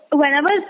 whenever